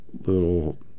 little